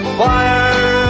fire